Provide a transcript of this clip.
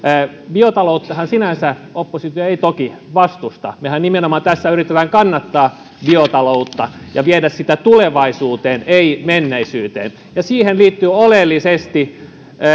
biotalouttahan sinänsä oppositio ei toki vastusta mehän nimenomaan tässä yritetään kannattaa biotaloutta ja viedä sitä tulevaisuuteen ei menneisyyteen ja siihen liittyvät oleellisesti